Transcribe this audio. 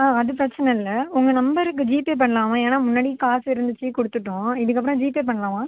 ஆ அது பிரச்சினை இல்லை உங்கள் நம்பருக்கு ஜிபே பண்ணலாமா ஏன்னால் முன்னாடி காசு இருந்துச்சு கொடுத்துட்டோம் இதுக்கப்புறம் ஜிபே பண்ணலாமா